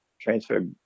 transfer